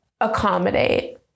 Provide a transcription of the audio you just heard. accommodate